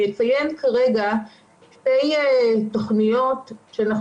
אני אציין כרגע שתי תוכניות שאנחנו